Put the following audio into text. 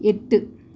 எட்டு